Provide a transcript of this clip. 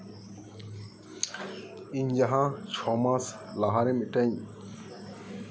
ᱤᱧ ᱡᱟᱦᱟᱸ ᱪᱷᱚ ᱢᱟᱥ ᱞᱟᱦᱟᱨᱮ ᱢᱤᱫ ᱴᱮᱱ